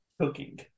Cooking